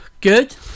Good